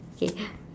K